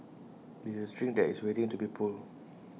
this is A string that is waiting to be pulled